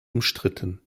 umstritten